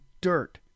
dirt